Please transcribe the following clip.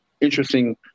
interesting